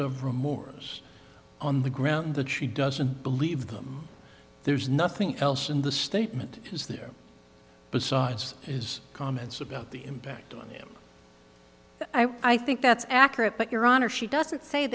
remorse on the ground that she doesn't believe them there's nothing else in the statement is there besides his comments about the impact on i think that's accurate but your honor she doesn't say